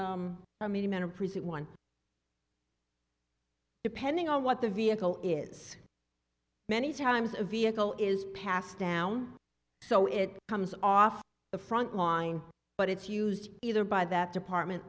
how many men are present one depending on what the vehicle is many times a vehicle is passed down so it comes off the front line but it's used either by that department